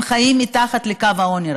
והם חיים מתחת לקו העוני,